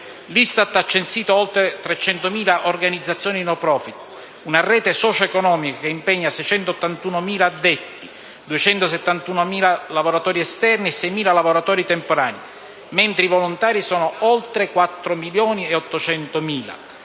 L'ISTAT ha censito oltre 300.000 organizzazioni *no profit*: una rete socio-economica che impegna 681.000 addetti, 271.000 lavoratori esterni e 6.000 lavoratori temporanei, mentre i volontari sono oltre 4,8